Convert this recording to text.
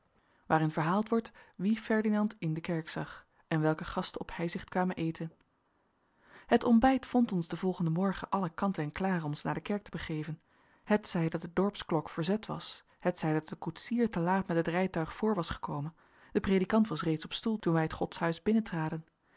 waarin verhaald wordt wien ferdinand in de kerk zag en welke gasten op heizicht kwamen eten het ontbijt vond ons den volgenden morgen allen kant en klaar om ons naar de kerk te begeven hetzij dat de dorpsklok verzet was hetzij dat de koetsier te laat met het rijtuig voor was gekomen de predikant was reeds op stoel toen wij het